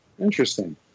Interesting